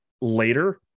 later